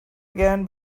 again